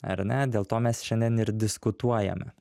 ar ne dėl to mes šiandien ir diskutuojam